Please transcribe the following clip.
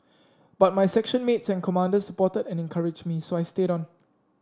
but my section mates and commanders supported and encouraged me so I stayed on